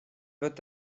wird